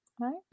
Right